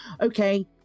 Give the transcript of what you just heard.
okay